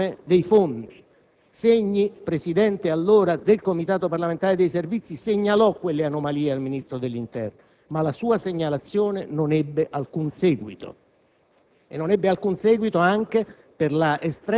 disinvolta utilizzazione dei fondi. Il presidente del Comitato parlamentare dei Servizi, segnalò allora quelle anomalie al Ministro dell'interno, ma la sua segnalazione non ebbe alcun seguito,